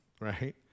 right